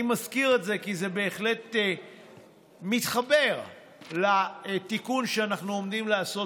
אני מזכיר את זה כי זה בהחלט מתחבר לתיקון שאנחנו עומדים לעשות